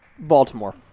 Baltimore